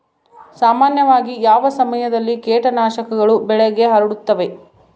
ಸಾಮಾನ್ಯವಾಗಿ ಯಾವ ಸಮಯದಲ್ಲಿ ಕೇಟನಾಶಕಗಳು ಬೆಳೆಗೆ ಹರಡುತ್ತವೆ?